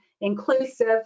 inclusive